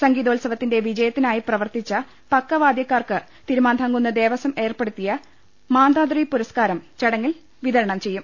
സംഗീതോത്സവത്തിന്റെ വിജയത്തിനായി പ്രവർത്തിച്ച പക്കവാദ്യക്കാർക്ക് തിരുമാന്ധാംകുന്ന് ദേവസം ഏർപ്പെടുത്തിയ മാന്ധാദ്രി പുരസ്കാരം ചടങ്ങിൽ വിതരണം ചെയ്യും